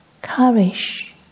courage